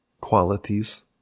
qualities